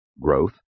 growth